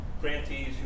grantees